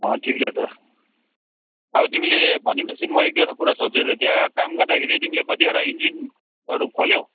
अँ ठिक छ त अब तिमीले भनेपछि म एक दुईवटा कुरा सोध्छु है त त्यहाँ काम गर्दाखेरि तिमीले कतिवटा इन्जिनहरू खोल्यौ